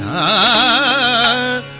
aa